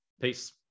Peace